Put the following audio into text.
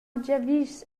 giavischs